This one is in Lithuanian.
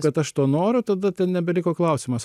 kad aš to noriu tada ten nebeliko klausimas